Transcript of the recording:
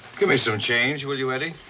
give me some change, will you, eddie?